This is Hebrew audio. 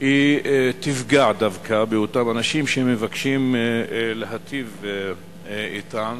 תפגע דווקא באותם אנשים שמבקשים להיטיב אתם.